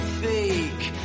fake